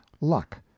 luck